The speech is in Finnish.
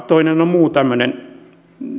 toinen on muu tämmöinen